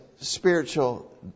spiritual